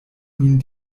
min